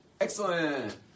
Excellent